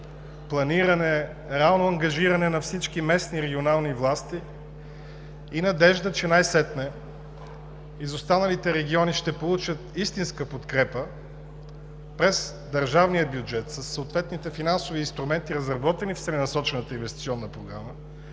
планиране, реално ангажиране на всички местни регионални власти и надежда, че най-сетне изостаналите региони ще получат истинска подкрепа през държавния бюджет със съответните финансови инструменти, разработени в целенасочената инвестиционна програма,